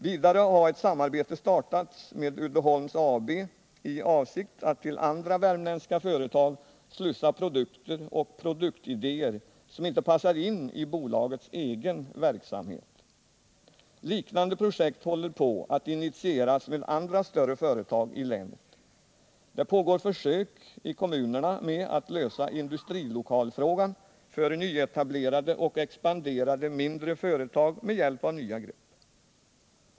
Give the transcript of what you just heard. Vidare har ett samarbete startats med Uddeholms AB i avsikt att till andra värmländska företag slussa produkter och produktidéer som inte passar in i bolagets egen verksamhet. Liknande projekt håller på att initieras med andra större företag i länet. Det pågår försök i kommunerna med att lösa industrilokalfrågan för nyetablerade och expanderande mindre företag med hjälp av nya grepp.